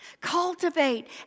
Cultivate